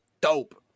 dope